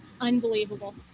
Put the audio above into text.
unbelievable